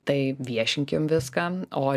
tai viešinkim viską o